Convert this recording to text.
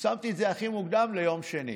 שמתי את זה הכי מוקדם ליום שני.